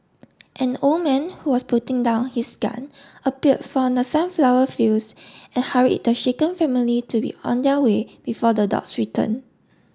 an old man who was putting down his gun appeared from the sunflower fields and hurried the shaken family to be on their way before the dogs return